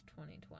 2020